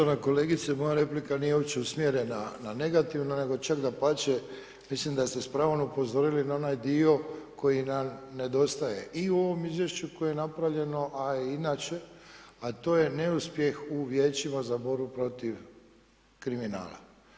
Poštovana kolegice, moja replika nije uopće usmjerena na negativno, nego čak dapače, mislim da ste s pravom upozorili na onaj dio koji nam nedostaje i u ovom izvješću koje je napravljeno, a i inače, a to je neuspjeh u vijećima za borbu protiv kriminala.